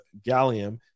gallium